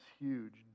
huge